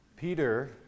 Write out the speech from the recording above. Peter